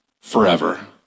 forever